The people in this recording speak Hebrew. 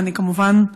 ואני כמובן,